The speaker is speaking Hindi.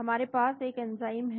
हमारे पास एक एंजाइम है